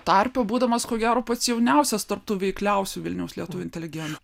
tarpe būdamas ko gero pats jauniausias tarp tų veikliausių vilniaus lietuvių inteligentų